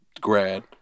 grad